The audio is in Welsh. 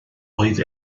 oedd